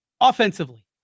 offensively